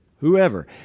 whoever